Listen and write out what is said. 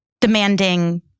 demanding